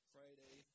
Friday